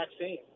vaccine